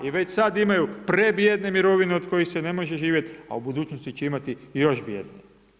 I već sada imaju prebijene mirovine, od koji se ne može živjeti, a u budućnosti će imati još bijenije.